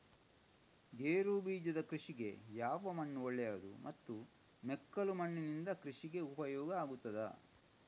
ಗೇರುಬೀಜದ ಕೃಷಿಗೆ ಯಾವ ಮಣ್ಣು ಒಳ್ಳೆಯದು ಮತ್ತು ಮೆಕ್ಕಲು ಮಣ್ಣಿನಿಂದ ಕೃಷಿಗೆ ಉಪಯೋಗ ಆಗುತ್ತದಾ?